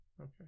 okay